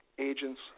agents